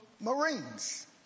Marines